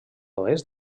oest